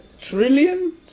Trillion